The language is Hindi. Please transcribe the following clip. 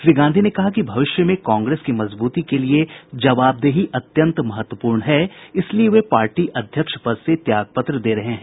श्री गांधी ने कहा कि भविष्य में कांग्रेस की मजबूती के लिए जवाबदेही अत्यंत महत्वपूर्ण है इसीलिए वे पार्टी अध्यक्ष पद से त्याग पत्र दे रहे हैं